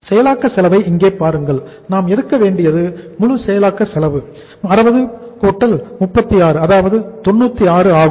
செயலாக்க செலவை இங்கே பாருங்கள் நாம் எடுக்க வேண்டியது முழு செயலாக்க செலவு 60 36 அதாவது 96 ஆகும்